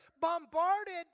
bombarded